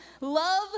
love